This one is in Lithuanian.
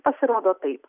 pasirodo taip